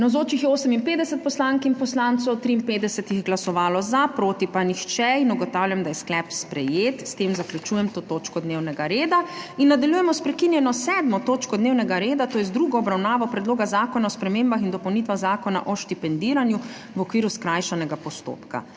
Navzočih je 58 poslank in poslancev, 53 jih je glasovalo za, proti pa nihče. (Za je glasovalo 53.) (Proti nihče.) Ugotavljam, da je sklep sprejet. S tem zaključujem to točko dnevnega reda. Nadaljujemo s prekinjeno 7. točko dnevnega reda, to je z drugo obravnavo Predloga zakona o spremembah in dopolnitvah Zakona o štipendiranju v okviru skrajšanega postopka.